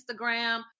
Instagram